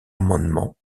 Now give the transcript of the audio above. amendements